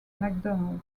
mcdonald